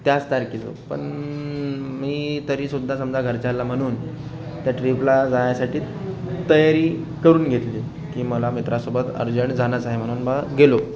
त्याच तारखेचं पण मी तरी सुद्धा समजा घरच्याला म्हणून त्या ट्रीपला जाण्यासाठी तयारी करून घेतली की मला मित्रासोबत अर्जंट जाणंच आहे म्हणून मग गेलो